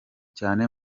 cyane